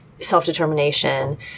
self-determination